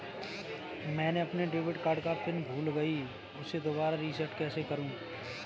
मैंने अपने debit card का पिन भूल गई, उसे दोबारा रीसेट कैसे करूँ?